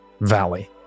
valley